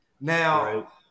Now